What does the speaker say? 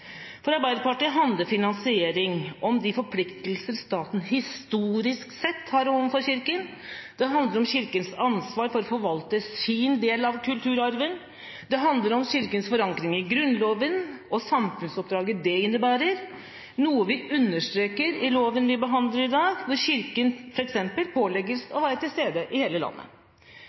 For Arbeiderpartiet handler finansiering om de forpliktelser staten historisk sett har overfor Kirken, det handler om Kirkens ansvar for å forvalte sin del av kulturarven, og det handler om Kirkens forankring i Grunnloven og samfunnsoppdraget det innebærer, noe vi understreker i forbindelse med loven vi behandler i dag, hvor Kirken f.eks. pålegges å være til stede i hele landet,